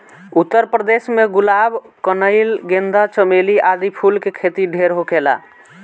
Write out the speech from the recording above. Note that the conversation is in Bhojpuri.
उत्तर प्रदेश में गुलाब, कनइल, गेंदा, चमेली आदि फूल के खेती ढेर होखेला